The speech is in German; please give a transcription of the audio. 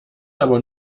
aber